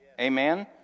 Amen